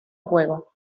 juego